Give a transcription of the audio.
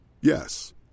Yes